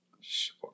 Sure